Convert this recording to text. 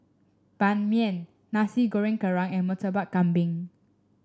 Ban Mian Nasi Goreng Kerang and Murtabak Kambing